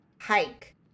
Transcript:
Hike